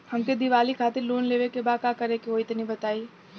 हमके दीवाली खातिर लोन लेवे के बा का करे के होई तनि बताई?